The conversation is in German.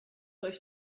euch